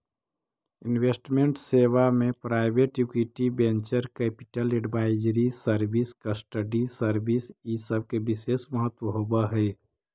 investment सेवा में private equity, venture capital, advisory service, custody service इ सब के विशेष महत्व होवऽ हई